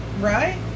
Right